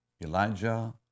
Elijah